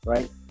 Right